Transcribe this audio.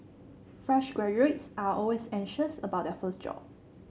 fresh graduates are always anxious about their first job